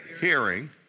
Hearing